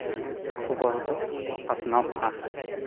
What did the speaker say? ᱠᱷᱚᱵᱚᱨ ᱫᱚ ᱯᱟᱥᱱᱟᱜᱼᱟ